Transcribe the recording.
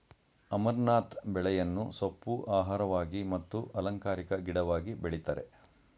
amaranth ಬೆಳೆಯನ್ನು ಸೊಪ್ಪು, ಆಹಾರವಾಗಿ ಮತ್ತು ಅಲಂಕಾರಿಕ ಗಿಡವಾಗಿ ಬೆಳಿತರೆ